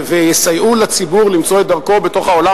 ויסייעו לציבור למצוא את דרכו בתוך העולם